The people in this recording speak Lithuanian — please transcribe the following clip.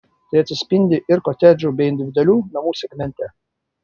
tai atsispindi ir kotedžų bei individualių namų segmente